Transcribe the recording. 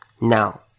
Now